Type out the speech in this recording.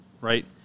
right